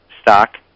stock